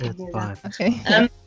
Okay